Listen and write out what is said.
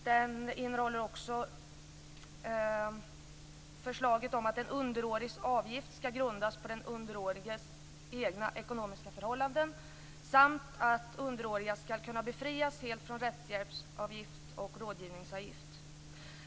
Den innehåller förslaget om att en underårigs avgift skall grundas på den underåriges egna ekonomiska förhållanden samt att underåriga skall kunna befrias helt från rättshjälpsavgift och rådgivningsavgift.